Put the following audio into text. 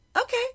Okay